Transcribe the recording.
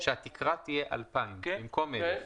שהתקרה תהיה 2,000 במקום 1,000. כן.